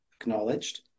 acknowledged